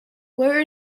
where